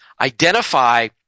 Identify